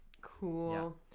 Cool